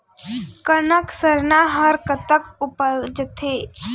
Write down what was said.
कनक सरना हर कतक उपजथे?